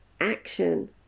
action